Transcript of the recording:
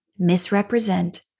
misrepresent